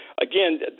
again